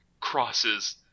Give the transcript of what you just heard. crosses